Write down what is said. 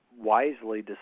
wisely